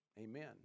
Amen